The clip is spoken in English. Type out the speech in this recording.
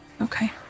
okay